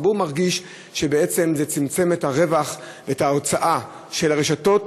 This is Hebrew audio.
הציבור מרגיש שבעצם זה צמצם את ההוצאה של הרשתות,